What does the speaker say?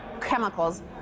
chemicals